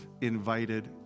invited